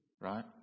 right